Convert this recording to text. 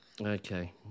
Okay